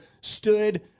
stood